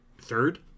third